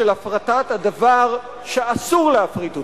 של הפרטת הדבר שאסור להפריט אותו.